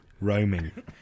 Roaming